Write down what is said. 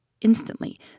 Instantly